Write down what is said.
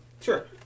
Sure